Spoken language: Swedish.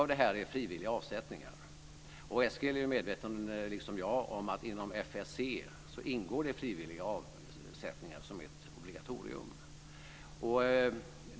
Mycket är frivilliga avsättningar. Eskil är, liksom jag, medveten om att frivilliga avsättningar är ett obligatorium inom FSE.